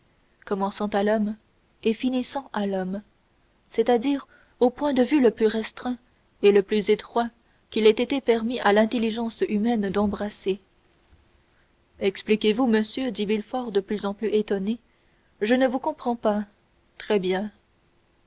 commençant à l'homme et finissant à l'homme c'est-à-dire au point de vue le plus restreint et le plus étroit qu'il ait été permis à l'intelligence humaine d'embrasser expliquez-vous monsieur dit villefort de plus en plus étonné je ne vous comprends pas très bien